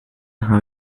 habe